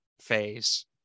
phase